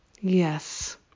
yes